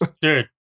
Dude